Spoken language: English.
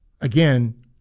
again